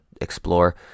explore